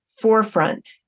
forefront